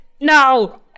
No